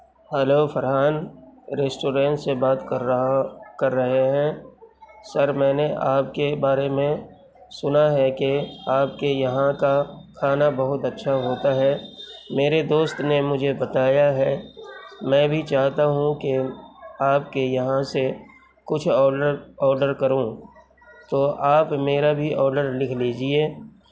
hello Farhan restaurant سے بات کر رہا کر رہے ہیں سر میں نے آپ کے بارے میں سنا ہے کہ آپ کے یہاں کا کھانا بہت اچھا ہوتا ہے میرے دوست نے مجھے بتایا ہے میں بھی چاہتا ہوں کہ آپ کے یہاں سے کچھ آڈر آڈر کروں تو آپ میرا بھی آڈر لکھ لیجیے